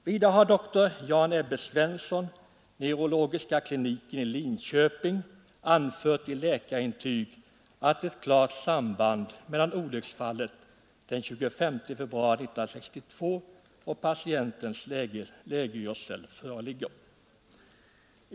Vidare har doktor Jan-Ebbe Svenson, neurologiska kliniken i Linköping, anfört i läkarintyg att ett klart samband mellan olycksfallet den 22 februari 1962 och patientens lägeyrsel föreligger.